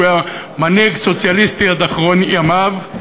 כי הוא היה מנהיג סוציאליסטי עד אחרון ימיו.